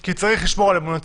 כי צריך לשמור על אמון הציבור.